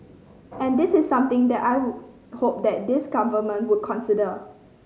and this is something that I would hope that this Government would consider